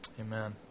Amen